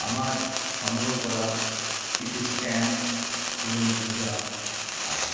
আমার সংগ্রহ করা কিছু স্ট্যাম্প এবং মুদ্রা আছে